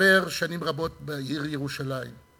חבר שנים רבות בעיר ירושלים,